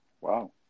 Wow